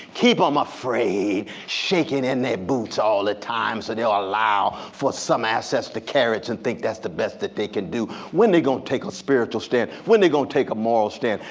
keep em um afraid, shaking in their boots all the time so they'll allow for some access to carrots and think that's the best that they can do. when they gonna take a spiritual stand? when they gonna take a moral stand?